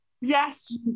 Yes